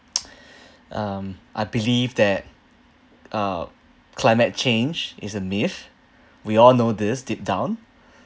um I believe that uh climate change is a myth we all know this deep down